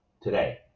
today